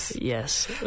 Yes